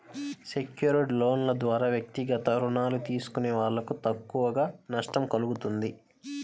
secured లోన్ల ద్వారా వ్యక్తిగత రుణాలు తీసుకునే వాళ్ళకు తక్కువ నష్టం కల్గుతుంది